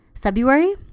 February